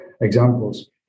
examples